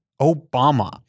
Obama